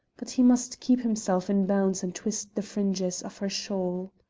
but he must keep himself in bounds and twist the fringes of her shawl.